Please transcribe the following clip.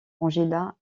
angela